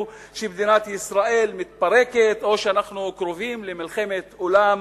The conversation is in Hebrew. שמדינת ישראל מתפרקת או שאנחנו קרובים למלחמת עולם,